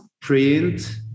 print